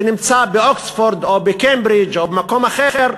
שנמצא באוקספורד או בקיימברידג' או במקום אחר,